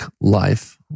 life